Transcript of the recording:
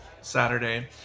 Saturday